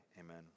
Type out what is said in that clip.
Amen